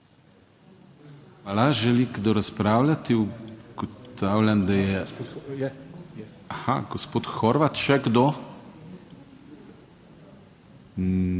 Hvala. Želi kdo razpravljati? Ugotavljam, da je... Aha, gospod Horvat. Še kdo ni?